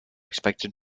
expected